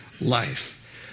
life